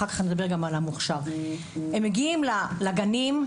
הם מגיעים לגנים,